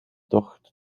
tocht